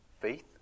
faith